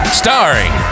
starring